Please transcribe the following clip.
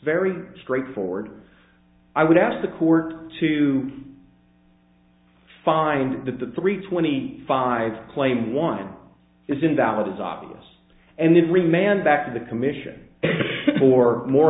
very straightforward i would ask the court to find that the three twenty five claim one is invalid is obvious and then remand back to the commission for more